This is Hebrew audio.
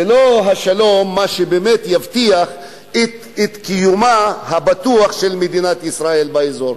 זה לא מה שיבטיח את קיומה הבטוח של מדינת ישראל באזור.